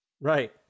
Right